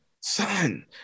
Son